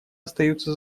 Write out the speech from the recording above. остаются